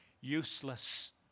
useless